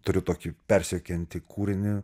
turiu tokį persekiojantį kūrinį